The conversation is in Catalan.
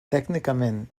tècnicament